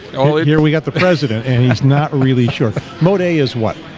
oh here we got the president, and it's not really sure mode a is what?